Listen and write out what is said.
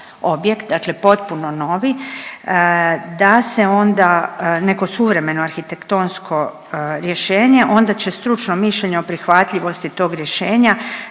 dakle potpuno novi, da se onda neko suvremeno arhitektonsko rješenje, onda će stručno mišljenje o prihvatljivosti tog rješenja